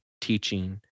teaching